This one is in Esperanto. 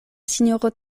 sinjoro